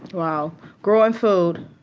well, growing food.